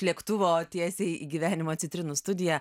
lėktuvo tiesiai į gyvenimą citrinų studija